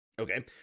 Okay